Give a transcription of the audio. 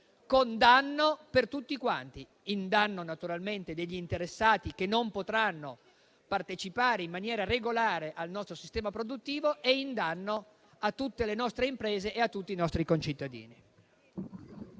con danno per tutti. Ciò è infatti un danno, naturalmente, per gli interessati, che non potranno partecipare in maniera regolare al nostro sistema produttivo, e un danno per tutte le nostre imprese e tutti i nostri concittadini.